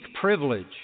privilege